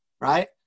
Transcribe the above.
right